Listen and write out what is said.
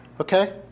okay